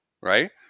right